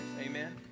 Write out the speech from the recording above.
Amen